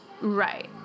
Right